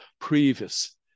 previous